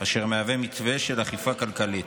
אשר מהווה מתווה של אכיפה כלכלית.